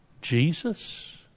Jesus